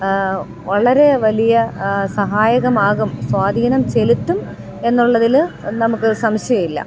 വളരെ വലിയ സഹായകമാകും സ്വാധീനം ചെലുത്തും എന്നുള്ളതിൽ നമുക്ക് സംശയമില്ല